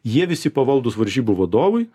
jie visi pavaldūs varžybų vadovui